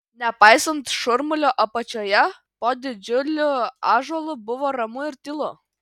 nepaisant šurmulio apačioje po didžiuliu ąžuolu buvo ramu ir tylu